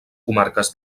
comarques